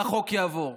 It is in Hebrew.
והחוק יעבור.